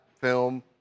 film